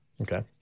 Okay